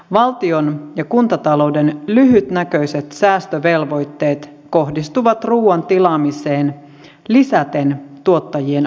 valtion ja kuntatalouden lyhytnäköiset säästövelvoitteet kohdistuvat ruoan tilaamiseen lisäten tuottajien ahdinkoa